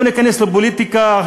לא ניכנס עכשיו לפוליטיקה,